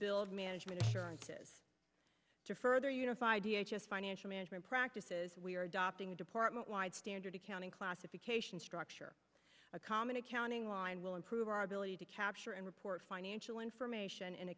build management assurances to further unified financial management practices we are adopting a department wide standard accounting classification structure a common accounting line will improve our ability to capture and report financial information in a